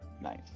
Nice